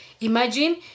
Imagine